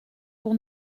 pour